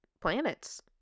planets